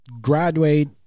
graduate